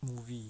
movie